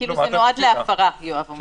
--- זה נועד להפרה, יואב אומר.